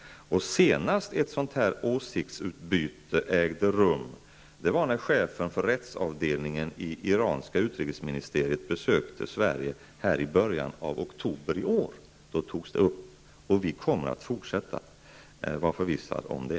Senast ett sådant åsiktsutbyte ägde rum var när chefen för rättsavdelningen i iranska utrikesministeriet besökte Sverige i början av oktober i år. Då togs detta upp, och vi kommer att fortsätta. Var förvissad om det.